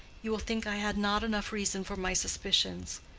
you will think i had not enough reason for my suspicions,